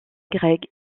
grec